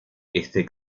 este